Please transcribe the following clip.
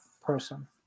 person